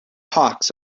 hawks